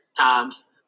times